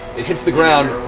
it hits the ground,